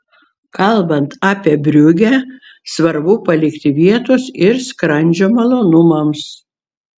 kalbant apie briugę svarbu palikti vietos ir skrandžio malonumams